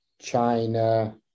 China